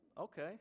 Okay